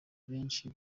benshi